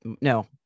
No